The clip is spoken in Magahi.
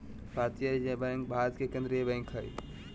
भारतीय रिजर्व बैंक भारत के केन्द्रीय बैंक हइ